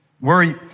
worry